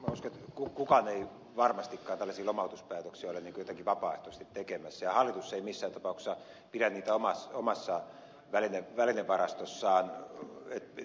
uskon että kukaan ei varmastikaan tällaisia lomautuspäätöksiä ole jotenkin vapaaehtoisesti tekemässä ja hallitus ei missään tapauksessa pidä niitä omassa välinevarastossaan